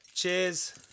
Cheers